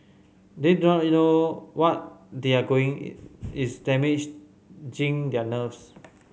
they don't know what they are going is damaging their nerves